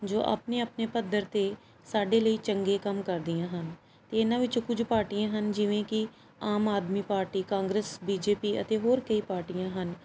ਜੋ ਆਪਣੇ ਆਪਣੇ ਪੱਧਰ 'ਤੇ ਸਾਡੇ ਲਈ ਚੰਗੇ ਕੰਮ ਕਰਦੀਆਂ ਹਨ ਅਤੇ ਇਹਨਾਂ ਵਿੱਚੋਂ ਕੁਝ ਪਾਰਟੀਆਂ ਹਨ ਜਿਵੇਂ ਕਿ ਆਮ ਆਦਮੀ ਪਾਰਟੀ ਕਾਂਗਰਸ ਬੀਜੇਪੀ ਅਤੇ ਹੋਰ ਕਈ ਪਾਰਟੀਆਂ ਹਨ